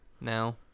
now